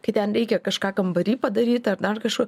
kai ten reikia kažką kambary padaryti ar dar kažkur